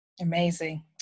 amazing